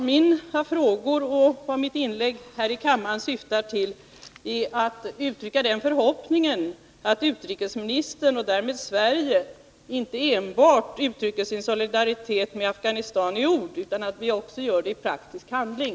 Mina frågor och mitt inlägg här i kammaren syftar till att uttrycka den förhoppningen, att utrikesministern och därmed Sverige inte enbart uttrycker sin solidaritet med Afghanistan i ord utan också gör det i praktisk handling.